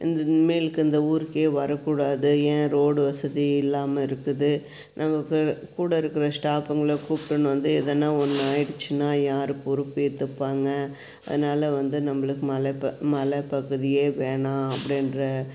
இந்த இனிமேலுக்கு இந்த ஊருக்கே வரக்கூடாது ஏன் ரோடு வசதி இல்லாமல் இருக்குது நம்ம கூட கூட இருக்கிற ஸ்டாஃபுங்களை கூப்பிட்டுன்னு வந்து எதனா ஒன்னு ஆயிடுச்சின்னா யார் பொறுப்பேற்றுப்பாங்க அதனால் வந்து நம்மளுக்கு மலை ப மலை பகுதியே வேணாம் அப்படின்ற